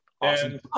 awesome